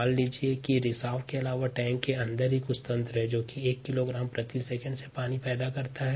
मान लीजिए कि रिसाव के अलावा टैंक के अंदर ही कुछ तंत्र है जो 1 किलोग्राम प्रति सेकंड पानी पैदा कर रहा है